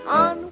on